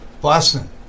Boston